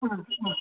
ಹಾಂ ಹಾಂ